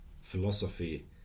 philosophy